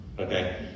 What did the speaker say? Okay